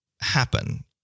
happen